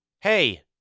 Hey